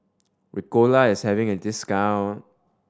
ricola is having a discount